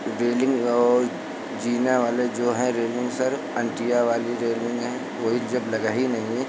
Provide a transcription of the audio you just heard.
railing और जीना वाले जो हैं रेलिंग सर अंटिया वाली रेलिंग हैं कोई जब लगा ही नहीं है